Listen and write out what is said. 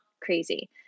crazy